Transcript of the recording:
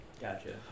Gotcha